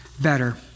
better